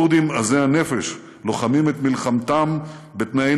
הכורדים עזי הנפש לוחמים את מלחמתם בתנאי